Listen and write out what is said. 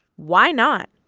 why not?